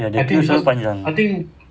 ya the queue selalu panjang